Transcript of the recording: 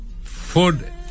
food